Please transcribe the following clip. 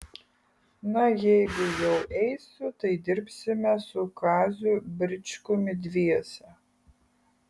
na jeigu jau eisiu tai dirbsime su kaziu bričkumi dviese